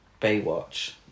Baywatch